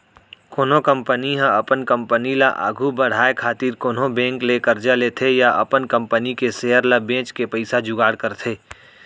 कोनो कंपनी ह अपन कंपनी ल आघु बड़हाय खातिर कोनो बेंक ले करजा लेथे या अपन कंपनी के सेयर ल बेंच के पइसा जुगाड़ करथे